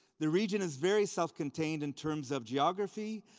the region is very self-contained in terms of geography,